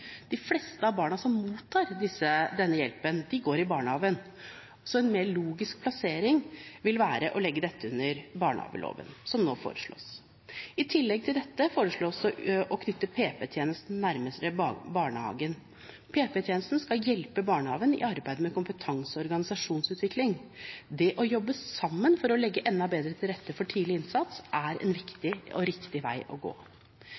De fleste av barna som mottar denne hjelpen, går i barnehagen, så en mer logisk plassering vil være å legge bestemmelsene om dette under barnehageloven, slik det nå foreslås. I tillegg til dette foreslås det å knytte PP-tjenesten nærmere barnehagen. PP-tjenesten skal hjelpe barnehagen i arbeidet med kompetanse- og organisasjonsutvikling. Det å jobbe sammen for å legge enda bedre til rette for tidlig innsats er en viktig og riktig vei å gå.